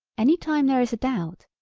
any time there is a doubt,